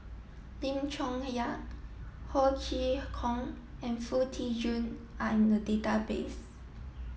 Lim Chong Yah Ho Chee Kong and Foo Tee Jun are in the database